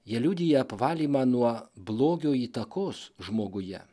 jie liudija apvalymą nuo blogio įtakos žmoguje